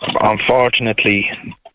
unfortunately